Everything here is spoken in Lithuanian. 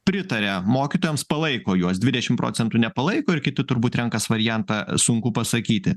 pritaria mokytojams palaiko juos dvidešim procentų nepalaiko ir kiti turbūt renkas variantą sunku pasakyti